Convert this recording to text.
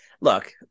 look